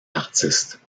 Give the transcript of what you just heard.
artistes